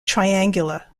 triangular